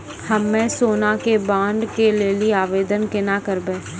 हम्मे सोना के बॉन्ड के लेली आवेदन केना करबै?